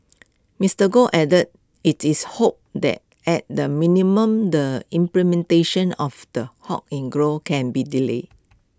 Mister Goh added IT is hoped that at the minimum the implementation of the halt in growth can be delayed